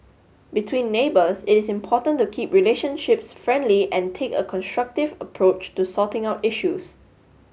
between neighbors it is important to keep relationships friendly and take a constructive approach to sorting out issues